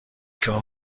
come